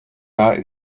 war